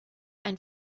ein